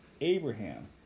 Abraham